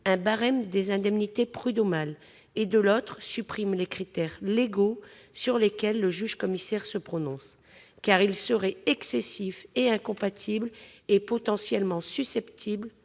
un barème des indemnités prud'homales et que, de l'autre, il supprime les critères légaux sur lesquels le juge-commissaire se prononce, car ils seraient « excessifs et incompatibles » et potentiellement susceptibles